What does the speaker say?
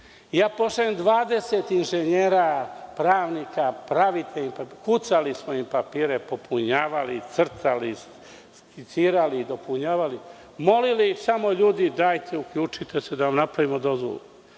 Pošaljem 20 inženjera, pravnika, pravite im papire, kucali smo im papire, popunjavali, crtali, skicirali, dopunjavali, molili ih samo ljudi dajte uključite se da napravimo dozvolu.